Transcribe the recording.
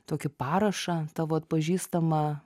tokį parašą tavo atpažįstamą